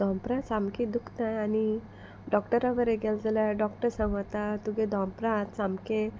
धोंपरां सामकीं दुखताय आनी डॉक्टरा बारी गेलें जाल्यार डॉक्टर सांगोता तुगे धोंपरां आतां सामके